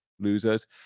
losers